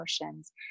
emotions